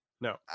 No